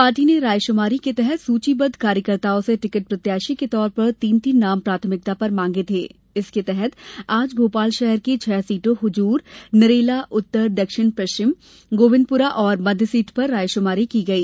party ने रायशुमारी के तहत सूचीबद्ध कार्यकर्ताओं से टिकट प्रत्याशी के तौर पर तीन तीन नाम प्राथमिकता पर मांगे थे इसके तहत आज भोपाल शहर की छह सीटों हुजूर नरेला उत्तर दक्षिण पश्चिम गोविंदपुरा और मध्य सीट पर रायशुमारी की गई